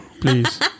Please